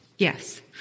Yes